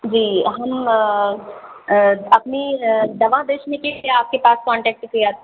जी हम अपनी दवा बेचने के लिए आपके पास कॉन्टैक्ट किया